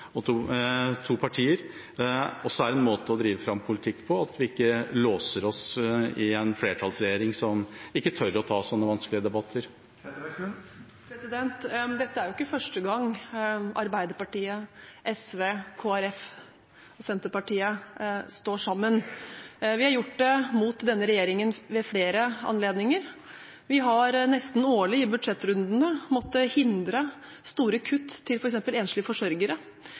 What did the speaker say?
og to partier, også er en måte å drive fram politikk på – og at vi ikke låser oss til en flertallsregjering som ikke tør å ta sånne vanskelige debatter. Men dette er jo ikke første gang Arbeiderpartiet, SV, Kristelig Folkeparti og Senterpartiet står sammen. Vi har gjort det mot denne regjeringen ved flere anledninger. Vi har nesten årlig i budsjettrundene måttet hindre store kutt til f.eks. enslige forsørgere,